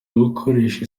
gukoresha